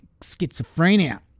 schizophrenia